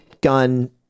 gun